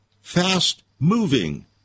fast-moving